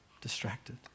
distracted